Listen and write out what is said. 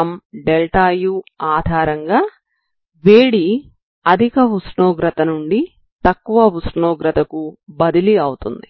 ∆Qcm∆u ఆధారంగా వేడి అధిక ఉష్ణోగ్రత నుండి తక్కువ ఉష్ణోగ్రతకు బదిలీ అవుతుంది